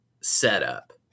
setup